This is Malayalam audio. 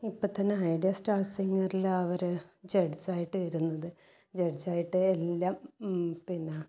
ഇപ്പം തന്നെ ഐഡിയ സ്റ്റാർ സിംഗറിൽ അവർ ജഡ്ജായിട്ട് വരുന്നത് ജഡ്ജ് ആയിട്ട് എല്ലാം പിന്നെ